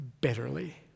bitterly